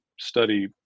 Study